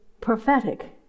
prophetic